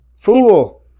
Fool